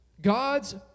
God's